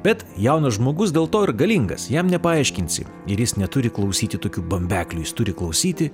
bet jaunas žmogus dėl to ir galingas jam nepaaiškinsi ir jis neturi klausyti tokių bambeklių jis turi klausyti